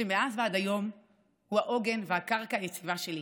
שמאז ועד היום הוא העוגן והקרקע היציבה שלי,